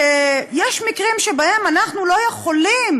שיש מקרים שבהם אנחנו לא יכולים